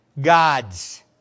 gods